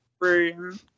room